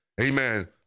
Amen